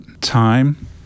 time